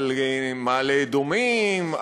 על מעלה-אדומים,